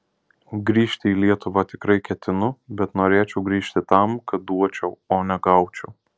grįžti į lietuvą tikrai ketinu bet norėčiau grįžt tam kad duočiau o ne gaučiau